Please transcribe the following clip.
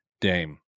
Dame